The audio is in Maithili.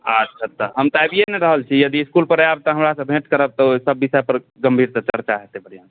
अच्छा तहन तऽ आबिए ने रहल छी यदि इसकुल पर आएब तऽ हमरासँ भेट करब तऽ ओहि सब विषय पर गम्भीरसँ चर्चा हेतै